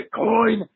Bitcoin